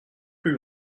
plus